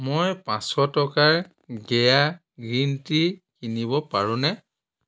মই পাঁচশ টকাৰ গেইয়া গ্ৰীণ টি কিনিব পাৰোঁনে